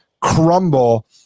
crumble